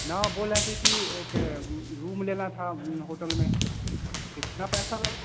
न बोल रहे थे कि एक रूम लेना था होटल में कितना पैसा लगे